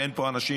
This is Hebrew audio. שאין פה אנשים,